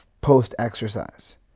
post-exercise